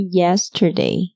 yesterday